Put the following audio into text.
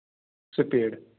speed